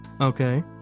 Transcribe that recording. Okay